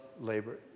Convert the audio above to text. labor